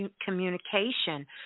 communication